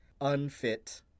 unfit